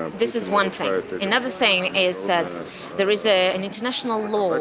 ah this is one thing. another thing is that there is ah an international law